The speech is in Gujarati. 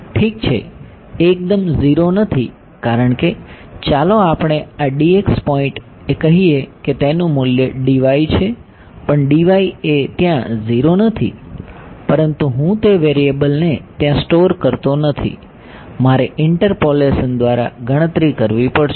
ઠીક છે એકદમ 0 નથી કારણ કે ચાલો આપણે આ પોઈન્ટએ કહીએ કે તેનું મૂલ્ય છે પણ એ ત્યાં 0 નથી પરંતુ હું તે વેરિએબલને ત્યાં સ્ટોર કરતો નથી મારે ઇન્ટરપોલેશન દ્વારા ગણતરી કરવી પડશે